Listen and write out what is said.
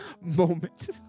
moment